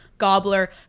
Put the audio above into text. gobbler